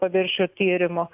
paviršių tyrimų